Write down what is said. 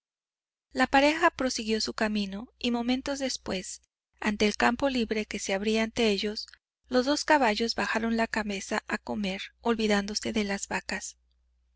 la pareja prosiguió su camino y momentos después ante el campo libre que se abría ante ellos los dos caballos bajaron la cabeza a comer olvidándose de las vacas